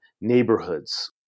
neighborhoods